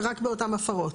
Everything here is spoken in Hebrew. ורק באותן הפרות.